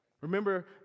Remember